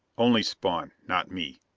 only spawn, not me.